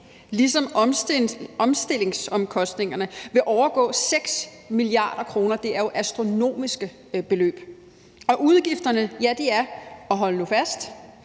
ligesom omstillingsomkostningerne vil overgå 6 mia. kr. Det er jo astronomiske beløb. Udgifterne er – hold nu fast